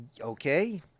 Okay